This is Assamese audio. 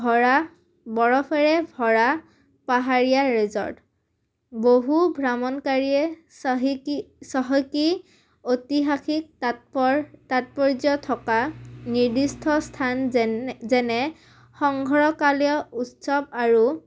ভৰা বৰফেৰে ভৰা পাহাৰীয়া ৰেজৰ্ট বহু ভ্ৰমণকাৰীয়ে চহিকী চহকী ঐতিহাসিক তাৎপৰ তাৎপৰ্য থকা নিৰ্দিষ্ট স্থান যেন যেনে সংঘৰকালীয় উৎসৱ আৰু